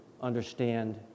understand